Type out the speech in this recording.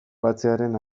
batzearen